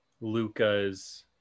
luca's